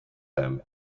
them